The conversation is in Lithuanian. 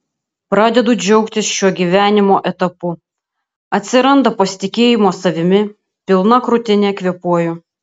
pradedu džiaugtis šiuo gyvenimo etapu atsiranda pasitikėjimo savimi pilna krūtine kvėpuoju